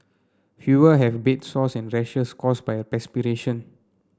fewer have bed sores and rashes caused by perspiration